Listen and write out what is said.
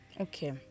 Okay